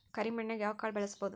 ಕರೆ ಮಣ್ಣನ್ಯಾಗ್ ಯಾವ ಕಾಳ ಬೆಳ್ಸಬೋದು?